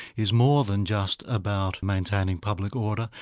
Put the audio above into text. is more than just about maintaining public order,